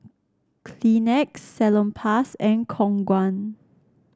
Kleenex Salonpas and Khong Guan